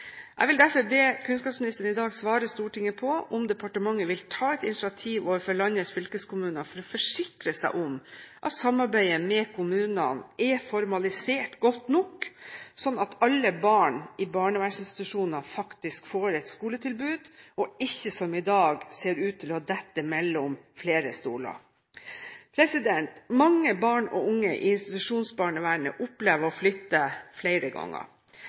Jeg vil derfor be kunnskapsministeren i dag svare Stortinget på om departementet vil ta et initiativ overfor landets fylkeskommuner for å forsikre seg om at samarbeidet med kommunene er formalisert godt nok, slik at alle barn i barnevernsinstitusjoner faktisk får et skoletilbud, og ikke som i dag ser ut til å dette mellom flere stoler. Mange barn og unge i institusjonsbarnevernet opplever å flytte flere ganger.